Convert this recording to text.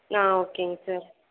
ஓகேங்க சார்